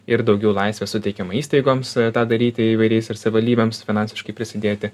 ir daugiau laisvės suteikiama įstaigoms tą daryti įvairiais ir savivaldybėms finansiškai prisidėti